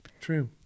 True